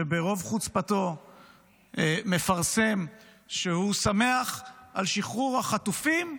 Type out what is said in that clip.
שברוב חוצפתו מפרסם שהוא שמח על שחרור החטופים והאסירים.